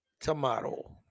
tomorrow